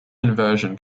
inversion